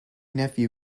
nephew